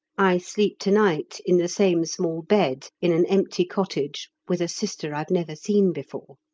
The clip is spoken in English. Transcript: i sleep to-night in the same small bed in an empty cottage with a sister i've never seen before.